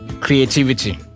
Creativity